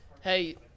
Hey